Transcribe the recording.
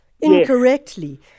incorrectly